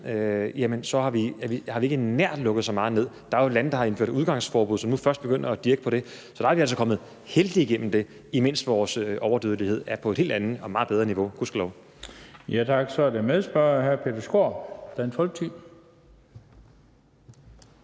har vi ikke lukket nær så meget ned. Der er jo lande, der har indført udgangsforbud, og som først nu begynder at dirke på det. Så vi er altså kommet heldigt igennem det, mens vores overdødelighed er på et helt andet og meget bedre niveau – gudskelov! Kl. 14:14 Den fg.